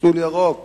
מסלול ירוק